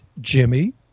Jimmy